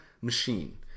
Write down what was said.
machine